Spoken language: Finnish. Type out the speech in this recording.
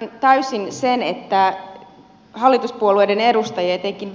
ymmärrän täysin sen että hallituspuolueiden edustajia etenkin